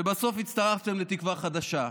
ובסוף הצטרפתם לתקווה חדשה.